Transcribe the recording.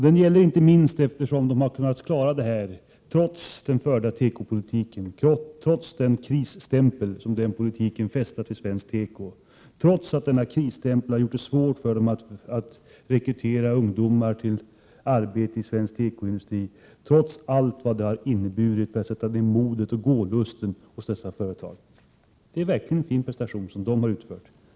Den gäller inte minst eftersom de har kunnat klara det här trots den förda tekopolitiken, trots den krisstämpel som denna politik fäst vid svensk teko, trots att denna krisstämpel har gjort det svårt att rekrytera ungdomar till arbete i svensk tekoindustri, trots allt vad det har inneburit för att sätta ned modet och go-lusten hos dessa företag. Det är verkligen en fin prestation som företagen har gjort.